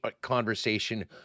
conversation